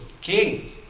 king